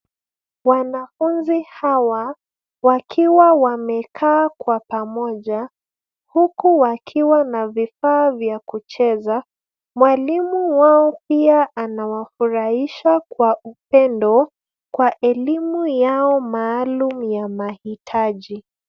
Wanafunzi hawa, wakiwa wamekaa kwa pamoja, huku wakiwa na vifaa vya kucheza. Mwalimu wao pia anawafurahisha kwa upendo, kwa elimu yao maalum ya mahitaji.